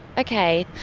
okay.